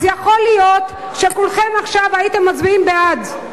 יכול להיות שכולכם עכשיו הייתם מצביעים בעד.